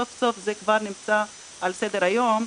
סוף סוף זה נמצא על סדר היום.